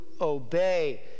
obey